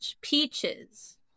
Peaches